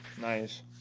Nice